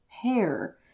Hair